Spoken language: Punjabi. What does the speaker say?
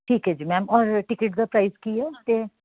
ਠੀਕ ਹੈ ਜੀ ਮੈਮ ਅੋਰ ਟਿਕਟ ਦਾ ਪਰਾਈਜ਼ ਕੀ ਹੈ ਅਤੇ